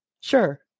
Sure